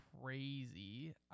crazy